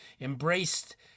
embraced